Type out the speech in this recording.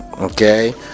okay